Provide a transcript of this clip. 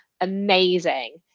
amazing